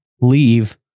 leave